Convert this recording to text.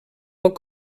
poc